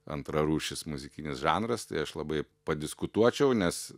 antrarūšis muzikinis žanras tai aš labai padiskutuočiau nes